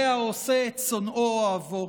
זה העושה את שונאו אוהבו".